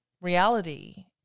reality